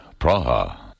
Praha